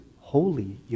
holy